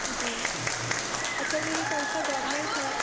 जी अच्छा तो ये संस्था गवर्मेंट है